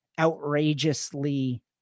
outrageously